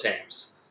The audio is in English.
teams